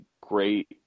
great